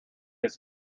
his